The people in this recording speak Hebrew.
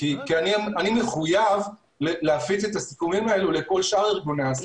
אני מקווה שההתנהלות תהיה יותר שקופה ובטוחה בעתיד.